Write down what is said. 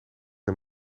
een